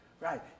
Right